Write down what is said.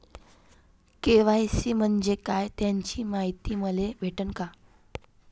KYC म्हंजे काय त्याची मायती मले भेटन का?